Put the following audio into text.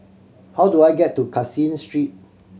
how do I get to Caseen Street